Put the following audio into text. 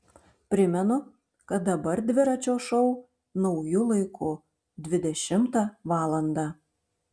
primenu kad dabar dviračio šou nauju laiku dvidešimtą valandą